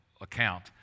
account